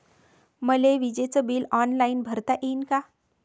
मले विजेच bill online भरता येईन का?